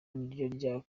niryo